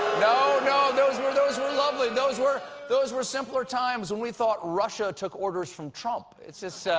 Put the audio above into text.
no, no, those were those were lovely those were those were simpler times when we thought russia took orders from trump. it's just